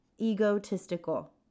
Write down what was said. egotistical